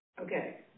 Okay